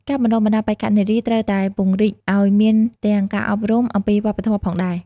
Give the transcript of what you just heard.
ការបណ្តុះបណ្តាលបេក្ខនារីត្រូវតែពង្រីកឲ្យមានទាំងការអប់រំអំពីវប្បធម៌ផងដែរ។